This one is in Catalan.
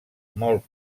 molt